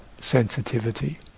sensitivity